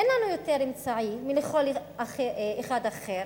אין לנו יותר אמצעים מאשר לכל אחד אחר,